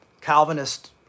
Calvinist